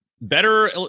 better